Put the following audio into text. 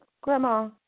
Grandma